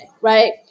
right